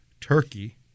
turkey